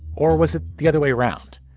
or was it the other way around?